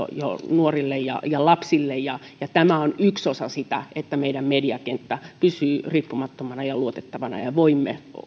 nuorille ja ja lapsille tämä on yksi osa sitä että meidän mediakenttämme pysyy riippumattomana ja luotettavana ja ja voimme